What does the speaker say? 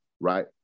Right